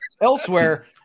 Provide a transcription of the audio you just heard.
elsewhere